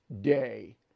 day